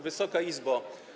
Wysoka Izbo!